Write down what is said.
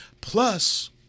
Plus